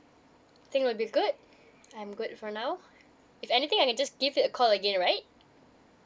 I think will be good I'm good for now if anything I can just give you a call again right